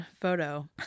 Photo